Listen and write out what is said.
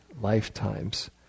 lifetimes